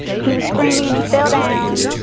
he was screaming and he fell down.